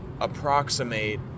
approximate